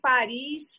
Paris